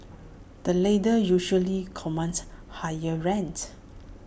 the latter usually commands higher rent